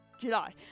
July